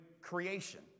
creation